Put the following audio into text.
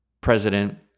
president